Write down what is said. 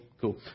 Cool